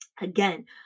Again